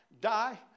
die